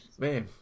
Man